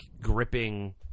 gripping